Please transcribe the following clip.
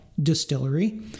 distillery